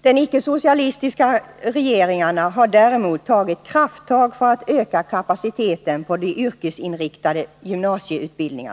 De icke-socialistiska regeringarna har däremot tagit krafttag för att öka kapaciteten på den yrkesinriktade gymnasieutbildningen.